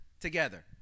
together